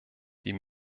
die